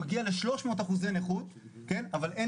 הוא הגיע לשלוש מאות אחוזי נכות אבל אין